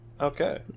Okay